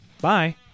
Bye